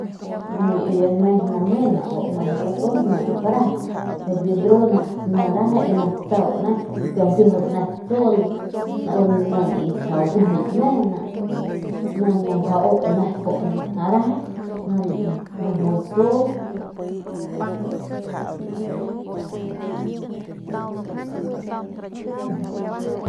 Dru ni meje lambenk y biu nmes ni me ni bu meju katus ni nip reje y biu dru ni reje y ni tsau ni y kmpiujun nep tsul ni nip uijily me ni mjau u nep u lanjas u nep reje ni juay tsul.